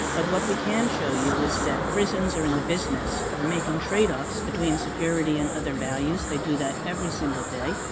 but what we can show you is that prisons are in the business of making tradeoffs between security and other values, they do that every single day,